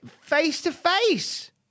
face-to-face